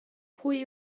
pwy